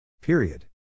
Period